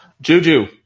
juju